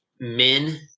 men